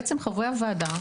כך שחברי הוועדה,